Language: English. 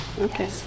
okay